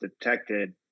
detected